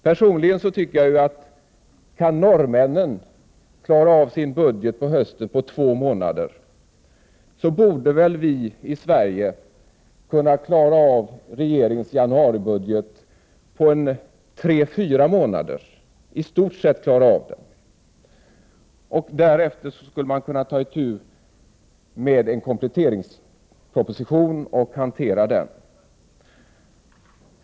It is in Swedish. Personligen tycker jag att om norrmännen kan klara av sin budget på hösten på två månader, borde väl vi i Sverige i stort sett kunna klara av regeringens januaribudget på tre fyra månader. Därefter skulle man kunna ta itu med en kompletteringsproposition.